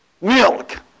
milk